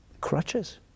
crutches